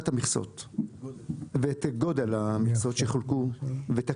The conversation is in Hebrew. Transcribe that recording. המכסות ואת גודל המכסות שיחולקו ואת הקריטריונים,